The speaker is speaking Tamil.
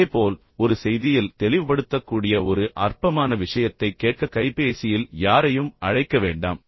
இதேபோல் ஒரு செய்தியில் தெளிவுபடுத்தக்கூடிய ஒரு அற்பமான விஷயத்தைக் கேட்க கைபேசியில் யாரையும் அழைக்க வேண்டாம்